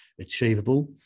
achievable